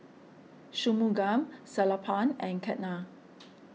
Shunmugam Sellapan and Ketna